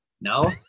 No